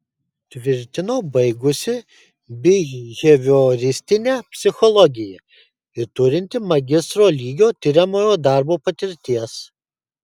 tvirtino baigusi bihevioristinę psichologiją ir turinti magistro lygio tiriamojo darbo patirties